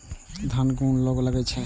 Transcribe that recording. धान में कुन रोग लागे छै?